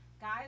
Guys